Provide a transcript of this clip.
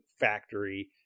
factory